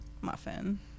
Muffin